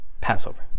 Passover